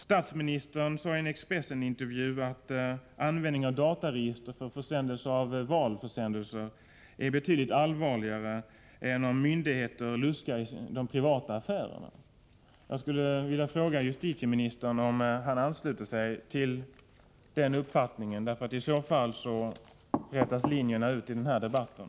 Statsministern sade i en Expressen-intervju att användningen av dataregister för att utsända valförsändelser är betydligt allvarligare än att myndigheter luskar i de privata affärerna. Jag skulle vilja fråga justitieministern om han ansluter sig till denna uppfattning. I så fall rätas linjerna ut i den här debatten.